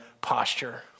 posture